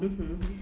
mmhmm